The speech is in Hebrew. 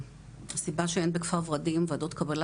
הסיבה שאין בכפר ורדים וועדות קבלה,